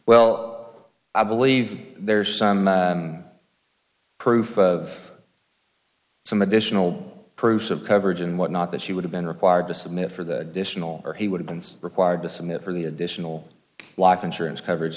well i believe there's some proof of some additional proof of coverage and whatnot that she would have been required to submit for the or he would have been required to submit for the additional life insurance coverage